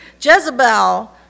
Jezebel